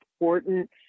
important